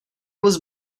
was